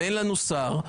ואין לנו שר,